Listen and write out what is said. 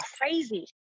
crazy